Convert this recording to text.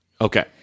Okay